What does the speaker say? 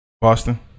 Boston